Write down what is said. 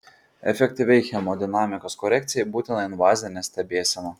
efektyviai hemodinamikos korekcijai būtina invazinė stebėsena